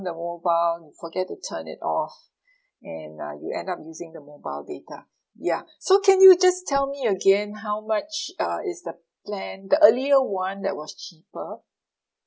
the mobile you forget to turn it off and uh you end up using the mobile data ya so can you just tell me again how much uh is the plan the earlier one that was cheaper